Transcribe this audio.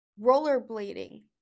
Rollerblading